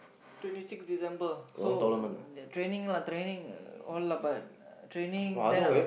twenty six December so that training lah training all lah but training then